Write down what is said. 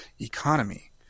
economy